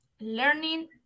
learning